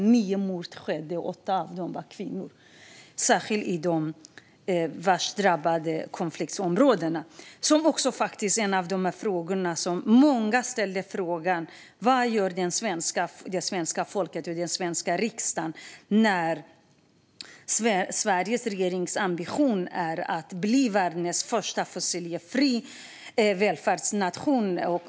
Under den tiden skedde nio mord, och åtta av dem som mördades var kvinnor, i de värst drabbade konfliktområdena. Många ställde frågan: Vad gör det svenska folket och den svenska riksdagen när Sveriges regerings ambition är att bli världens första fossilfria välfärdsnation?